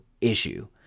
issue